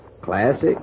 classic